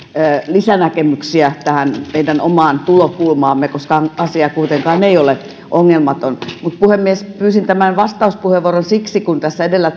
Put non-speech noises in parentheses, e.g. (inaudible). lisänäkemyksiä tähän meidän omaan tulokulmaamme koska asia kuitenkaan ei ole ongelmaton mutta puhemies pyysin tämän vastauspuheenvuoron siksi kun tässä edellä (unintelligible)